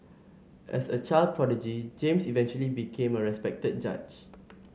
as a child prodigy James eventually became a respected judge